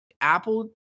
apple